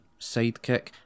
sidekick